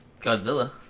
godzilla